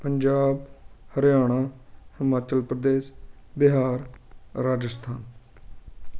Punjab Haryana Himachal Pradesh Bihar Rajasthan